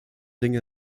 dinge